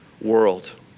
world